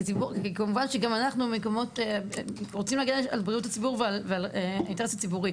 כי כמובן שם אנחנו רוצים להגן על בריאות הציבור ועל האינטרס הציבורי.